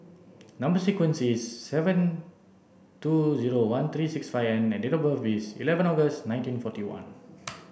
number sequence is seven two zero one three six five N and date of birth is eleven August nineteen forty one